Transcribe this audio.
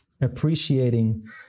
appreciating